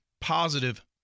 positive